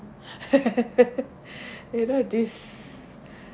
you know this